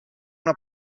una